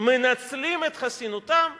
מנצלים את חסינותם וכו'